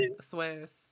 swiss